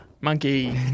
Monkey